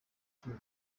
tour